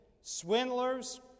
swindlers